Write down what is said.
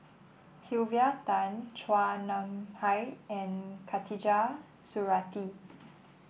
Sylvia Tan Chua Nam Hai and Khatijah Surattee